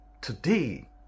today